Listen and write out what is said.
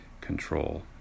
control